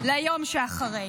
ליום שאחרי.